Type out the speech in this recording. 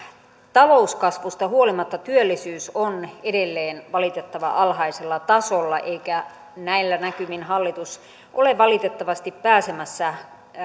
talouskasvusta huolimatta työllisyys on edelleen valitettavan alhaisella tasolla eikä näillä näkymin hallitus ole valitettavasti pääsemässä